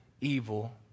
evil